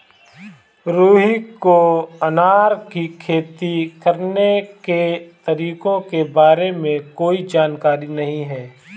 रुहि को अनार की खेती करने के तरीकों के बारे में कोई जानकारी नहीं है